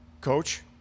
Coach